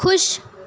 ਖੁਸ਼